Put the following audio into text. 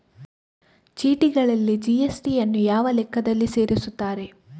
ಚೀಟಿಗಳಲ್ಲಿ ಜಿ.ಎಸ್.ಟಿ ಯನ್ನು ಯಾವ ಲೆಕ್ಕದಲ್ಲಿ ಸೇರಿಸುತ್ತಾರೆ?